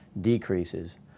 decreases